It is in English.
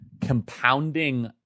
compounding